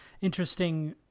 interesting